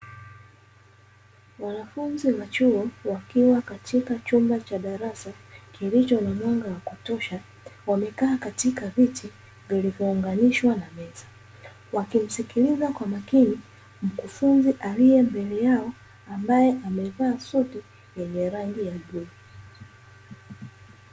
Wanafunzi wa chuo wakiwa katika chumba cha darasa kilicho na mwanga wa kutosha, wamekaa katika viti vilivyounganishwa na meza. Wakimsikiliza kwa makini mkufunzi aliye mbele yao ambaye amevaa suti ya bluu.